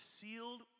sealed